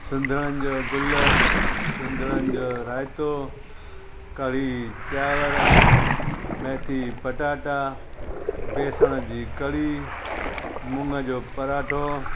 सिंधड़न जो गुल सिंधड़न जो रायतो कढ़ी चांवर मैथी पटाटा बेसण जी कढ़ी मूंग जो पराठो